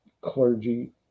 clergy